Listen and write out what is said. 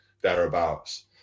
thereabouts